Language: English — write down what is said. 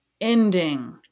ending